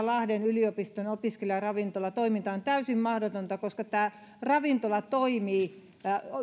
lahden yliopiston opiskelijaravintolan toiminta on täysin mahdotonta tämä ravintola toimii